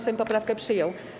Sejm poprawkę przyjął.